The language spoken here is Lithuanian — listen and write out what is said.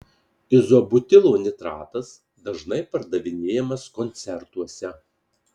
izobutilo nitritas dažnai pardavinėjamas koncertuose